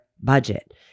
budget